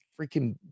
freaking